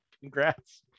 congrats